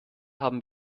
haben